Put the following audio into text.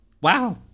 wow